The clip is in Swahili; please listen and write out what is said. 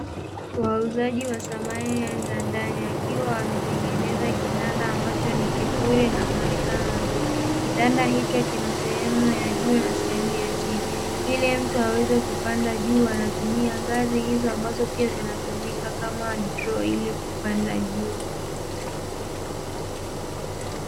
Wauzaji wa samani za ndani wakiwa wametengeneza kitanda, ambacho ni kizuri na muonekano mzuri. Kitanda hicho kina sehemu ya juu na sehemu ya chini. Ili mtu aweze kupanda juu anatumia ngazi hizo, ambazo pia zinatumika kama droo ili kupanda juu.